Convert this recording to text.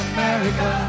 America